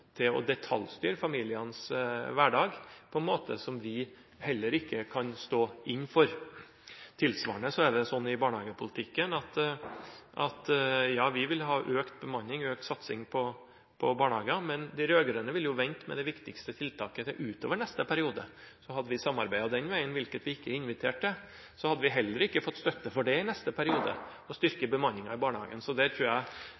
til å detaljstyre familienes hverdag på en måte som vi ikke kan stå inne for. Tilsvarende er det sånn i barnehagepolitikken at vi vil ha økt bemanning og økt satsing på barnehagene, men de rød-grønne vil jo vente med det viktigste tiltaket til ut i neste periode. Hadde vi samarbeidet den veien – hvilket vi ikke er invitert til – hadde vi heller ikke fått støtte for å styrke bemanningen i barnehagen i neste periode.